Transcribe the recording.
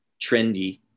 trendy